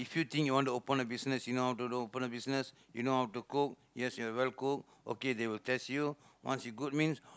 if you think you want to open a business you know how to open a business you know how to cook yes you are well cook okay they will test you once you good means